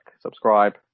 subscribe